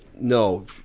no